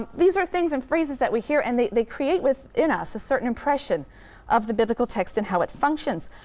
um these are things and phrases that we hear and they they create within us a certain impression of the biblical text and how it functions.